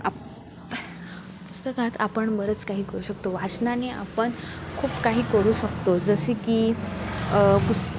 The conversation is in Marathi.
आप पुस्तकात आपण बरंच काही करू शकतो वाचनाने आपण खूप काही करू शकतो जसे की पुस्